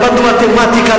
למדנו מתמטיקה,